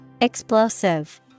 Explosive